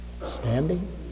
Standing